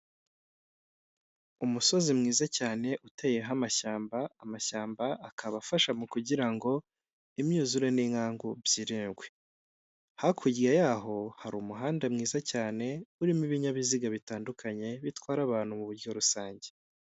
Umusozi mwiza cyane uteyeho amashyamba, amashyamba akaba afasha mu kugira imyuzure n'inkangu byirindwe, hakurya yaho hari umuhanda mwiza cyane urimo ibinyabiziga bitandukanye bitwara abantu mu buryo rusange.